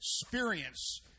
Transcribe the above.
experience